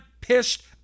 pissed